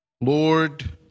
Lord